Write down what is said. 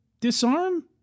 disarm